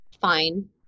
fine